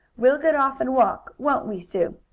we'll get off and walk won't we, sue?